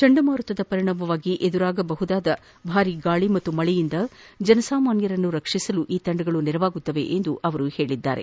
ಚಂಡಮಾರುತದ ಪರಿಣಾಮವಾಗಿ ಎದುರಾಗಲಾಗಿರುವ ಭಾರೀ ಗಾಳಿ ಮತ್ತು ಮಳೆಯಿಂದ ಜನಸಾಮಾನ್ನರನ್ನು ರಕ್ಷಿಸಲು ಈ ತಂಡಗಳು ನೆರವಾಗಲಿವೆ ಎಂದು ಅವರು ತಿಳಿಸಿದ್ದಾರೆ